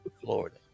Florida